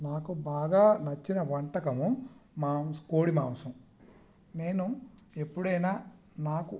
నాకు బాగా నచ్చిన వంటకం మాంస కోడి మాంసము నేను ఎప్పుడైనా నాకు